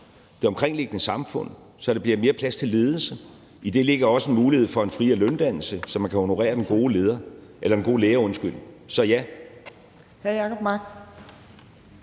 det omkringliggende samfund – så der bliver mere plads til ledelse. I det ligger også en mulighed for en friere løndannelse, så man kan honorere den gode lærer. Så mit